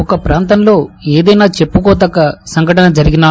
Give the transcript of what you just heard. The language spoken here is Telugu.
ఒక ప్రాంతంలో ఏదైనా చెప్పుకోతగ్గ సంఘటన జరిగినా